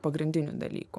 pagrindinių dalykų